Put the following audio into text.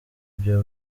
bya